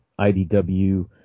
IDW